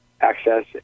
Access